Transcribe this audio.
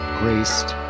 graced